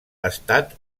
estat